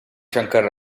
shankar